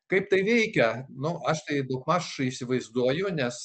kaip tai veikia nu aš tai daugmaž įsivaizduoju nes